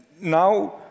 now